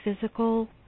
physical